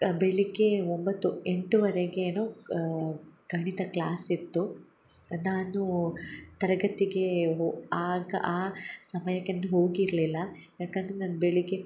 ಬೆಳಗ್ಗೆ ಒಂಬತ್ತು ಎಂಟುವರೆಗೆ ಏನು ಗಣಿತ ಕ್ಲಾಸ್ ಇತ್ತು ನಾನು ತರಗತಿಗೆ ಹೋ ಆಗ ಆ ಸಮಯಕ್ಕೆ ಇನ್ನು ಹೋಗಿರಲಿಲ್ಲ ಯಾಕಂದರೆ ನಾನು ಬೆಳಗ್ಗೆ